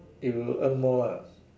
you earn more lah